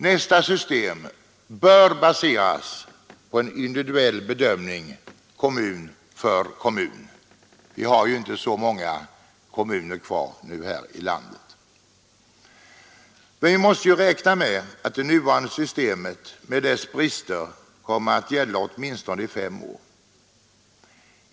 Nästa system bör baseras på en individuell bedömning kommun för kommun. Vi har inte så många kommuner kvar här i landet. Men vi måste räkna med att det nuvarande systemet med dess brister kommer att gälla i åtminstone fem år.